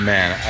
Man